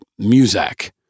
Muzak